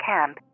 Camp